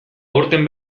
aurten